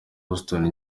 houston